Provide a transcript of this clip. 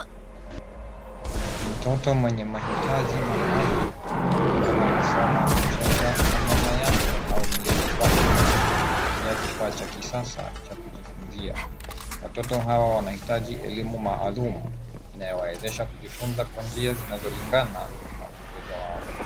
Mtoto mwenye mahitaji maalum anaonekana akisoma au kucheza na mama yake au mlezi wake akitumia kifa cha kisasa cha kujifunzia. Watoto hawa wanahitaji elimu maalum inayo waezesha kujifunza kwa njia zinazo lingana na uwezo wao.